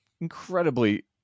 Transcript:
incredibly